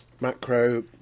macro